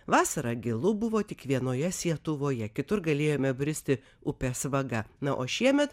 vasarą gilu buvo tik vienoje sietuvoje kitur galėjome bristi upės vaga na o šiemet